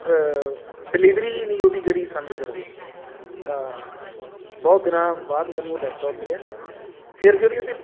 delivery ਨਹੀਂ ਉਹਦੀ ਜਿਹੜੀ ਸਮੇਂ ਸਿਰ ਹੋਈ ਬਹੁਤ ਦਿਨਾਂ ਬਾਅਦ ਮੈਨੂੰ ਉਹ ਲੈਪਟੋਪ ਮਿਲਿਆ ਫੇਰ ਜਿਹੜੀ ਉਹਦੀ